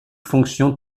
fonction